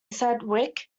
sedgwick